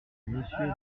monsieur